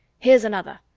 here's another.